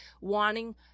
wanting